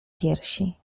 piersi